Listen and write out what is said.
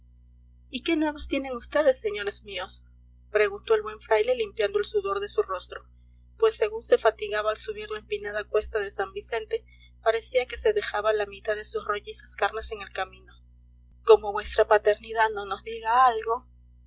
y qué nuevas tienen vds señores míos preguntó el buen fraile limpiando el sudor de su rostro pues según se fatigaba al subir la empinada cuesta de san vicente parecía que se dejaba la mitad de sus rollizas carnes en el camino como vuestra paternidad no nos diga algo